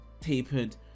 Tapered